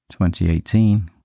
2018